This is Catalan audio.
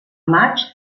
maig